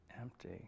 empty